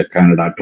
Canada